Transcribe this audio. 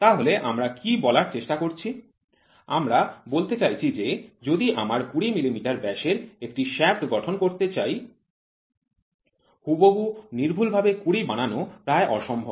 তাহলে আমরা কি বলার চেষ্টা করছি আমরা বলতে চাইছি যে যদি আমরা ২০ মিলিমিটার ব্যাসের একটি শ্যাফ্ট গঠন করতে চাই হুবহু সূক্ষ্মভাবে ২০ বানানো প্রায় অসম্ভব